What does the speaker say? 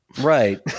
Right